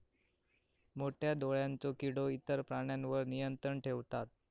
मोठ्या डोळ्यांचो किडो इतर प्राण्यांवर नियंत्रण ठेवता